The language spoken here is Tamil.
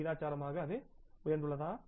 விகிதாசாரமாக அது உயர்ந்துள்ளதா